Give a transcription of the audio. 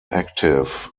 active